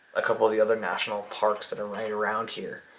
a couple of the other national parks that are right around here.